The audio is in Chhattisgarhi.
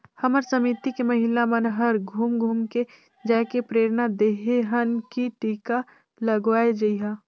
हमर समिति के महिला मन हर घुम घुम के जायके प्रेरना देहे हन की टीका लगवाये जइहा